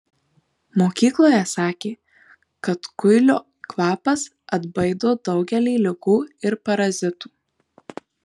mokykloje sakė kad kuilio kvapas atbaido daugelį ligų ir parazitų